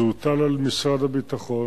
וזה הוטל על משרד הביטחון.